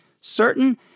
certain